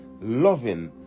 loving